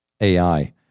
AI